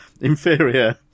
inferior